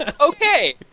Okay